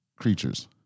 creatures